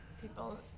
People